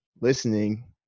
listening